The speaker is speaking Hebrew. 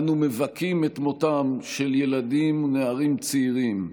אנו מבכים את מותם של ילדים ונערים צעירים,